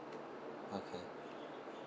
okay